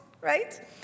right